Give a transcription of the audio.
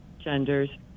genders